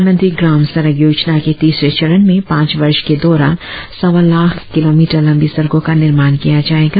प्रधानमंत्री ग्राम सड़क योजना के तीसरे चरण में पांच वर्ष के दौरान सवा लाख किलोमीटर लंबी सड़को का निर्माण किया जाएगा